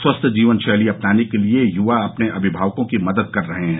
स्वस्थ जीवन शैली अपनाने के लिए युवा अपने अभिमावकों की मदद कर रहे हैं